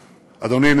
אדוני.